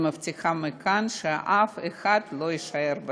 אני מבטיחה מכאן שאף אחד לא יישאר ברחוב.